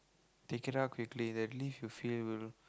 take it out quickly at least you feel